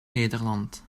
nederland